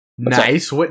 Nice